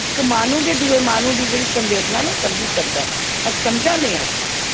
इक माह्नू गै दुए माह्नू दी जेह्ड़ी संवेदना ना ओह् समझी सकदा अस समझा दे आं